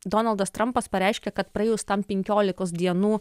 donaldas trampas pareiškė kad praėjus tam penkiolikos dienų